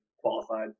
qualified